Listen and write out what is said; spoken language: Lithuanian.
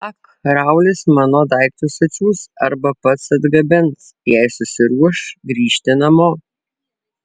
ak raulis mano daiktus atsiųs arba pats atgabens jei susiruoš grįžti namo